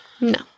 No